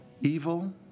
evil